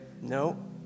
No